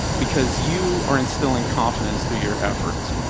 because you are instilling confidence through your efforts.